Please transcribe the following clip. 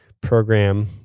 program